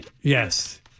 Yes